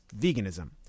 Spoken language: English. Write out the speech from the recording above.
veganism